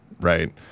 right